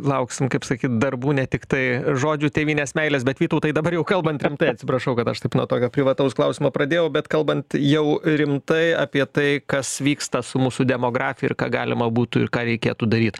lauksim kaip sakyt darbų ne tiktai žodžių tėvynės meilės bet vytautai dabar jau kalbant rimtai atsiprašau kad aš taip nuo tokio privataus klausimo pradėjau bet kalbant jau rimtai apie tai kas vyksta su mūsų demografija ir ką galima būtų ir ką reikėtų daryt